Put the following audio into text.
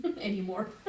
anymore